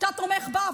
שאתה תומך בה,